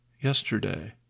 yesterday